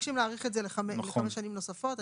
מבקשים להאריך בחמש שנים נוספות.